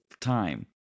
time